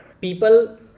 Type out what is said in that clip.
People